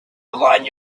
align